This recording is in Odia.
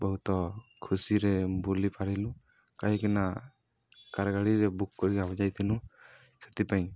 ବହୁତ ଖୁସିରେ ବୁଲି ପାରିଲୁ କାହିଁକିନା କାର ଗାଡ଼ିରେ ବୁକ୍ କରିିକି ଆମେ ଯାଇଥିଲୁ ସେଥିପାଇଁ